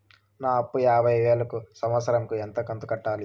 నా అప్పు యాభై వేలు కు సంవత్సరం కు ఎంత కంతు కట్టాలి?